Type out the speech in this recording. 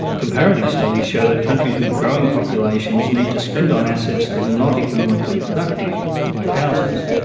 comparative studies show that countries with growing populations need to spend on assets that are not economically productive like houses,